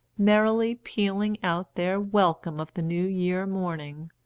merrily pealing out their welcome of the new year morning,